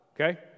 okay